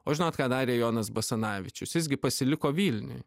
o žinot ką darė jonas basanavičius jis gi pasiliko vilniuj